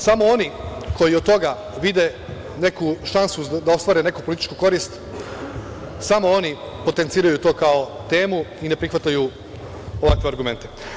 Samo oni koji od toga vide neku šansu da ostvare neku političku korist, samo oni potenciraju to kao temu i ne prihvataju ovakve argumente.